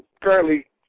currently